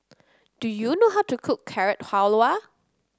do you know how to cook Carrot Halwa